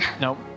Nope